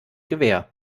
gewehr